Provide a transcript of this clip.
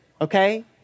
okay